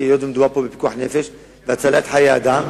היות שמדובר פה בפיקוח נפש והצלת חיי אדם.